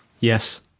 Yes